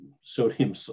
sodium